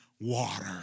water